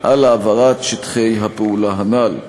על העברת שטחי הפעולה הנ"ל.